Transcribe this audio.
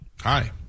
Hi